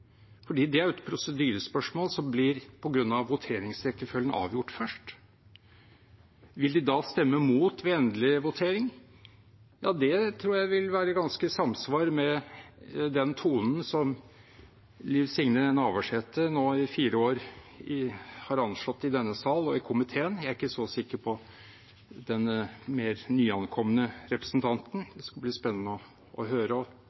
det er jo et prosedyrespørsmål som, på grunn av voteringsrekkefølgen, blir avgjort først. Vil de da stemme mot ved endelig votering? Det tror jeg vil være ganske i samsvar med den tonen som Liv Signe Navarsete nå i fire år har anslått i denne sal og i komiteen. Jeg er ikke så sikker på den mer nyankomne representanten. Det skal bli spennende å høre